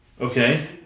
Okay